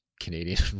Canadian